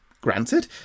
Granted